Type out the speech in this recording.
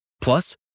Plus